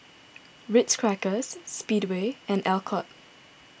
Ritz Crackers Speedway and Alcott